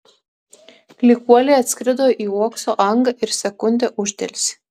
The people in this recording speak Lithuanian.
klykuolė atskrido į uokso angą ir sekundę uždelsė